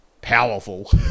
powerful